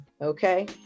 okay